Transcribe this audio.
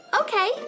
okay